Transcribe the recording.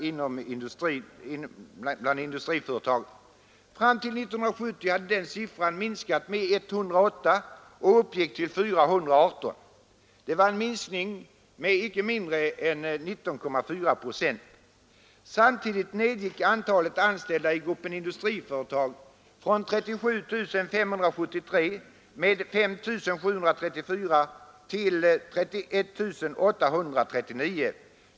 Fram till 1970 hade den siffran minskat med 108 och uppgick till 418. Det var en minskning med icke mindre än 19,4 procent. Samtidigt nedgick antalet anställda i gruppen industriföretag från 37 573 med 5 734 till 31 839.